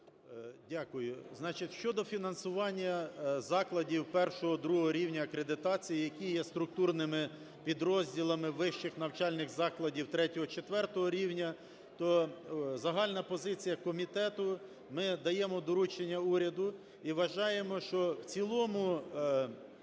Значить щодо фінансування закладів I-II рівня акредитації, які є структурними підрозділами вищих навчальних закладів III-IV рівня, то загальна позиція комітету. Ми даємо доручення уряду і вважаємо, що в цілому